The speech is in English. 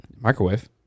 Microwave